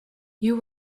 you